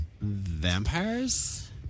Vampires